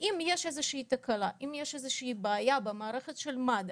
אם יש תקלה או בעיה במערכת של מד"א,